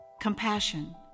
Compassion